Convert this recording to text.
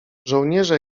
żołnierze